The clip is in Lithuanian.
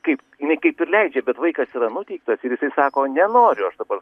kaip jinai kaip ir leidžia bet vaikas yra nuteiktas jisai sako nenoriu aš dabar